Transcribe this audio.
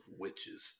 witches